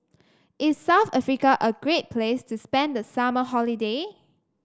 is South Africa a great place to spend the summer holiday